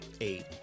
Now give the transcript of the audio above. Eight